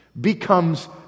becomes